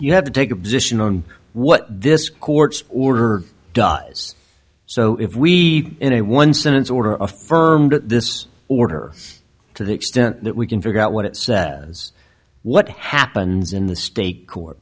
you have to take a position on what this court's order does so if we in a one sentence order affirmed this order to the extent that we can figure out what it is what happens in the state court